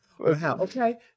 Okay